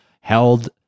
held